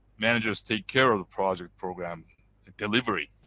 managers take care of the project program delivery,